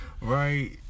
Right